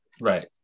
Right